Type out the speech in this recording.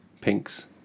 Pinks